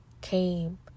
came